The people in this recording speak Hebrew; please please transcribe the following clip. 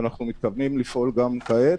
ואנחנו מתכוונים לפעול גם כעת.